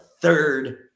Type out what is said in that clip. third